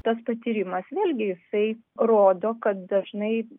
tas patyrimas vėlgi jisai rodo kad dažnai